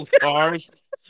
cars